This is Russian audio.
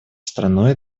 страной